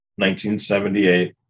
1978